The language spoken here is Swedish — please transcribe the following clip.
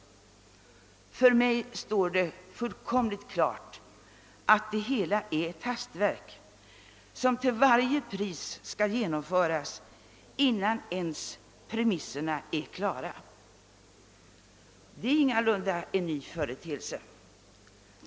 För mig står det fullkomligt klart att det hela är ett hastverk, som man till varje pris vill genomföra innan ens premisserna är klara. Detta är ingalunda en ny företeelse.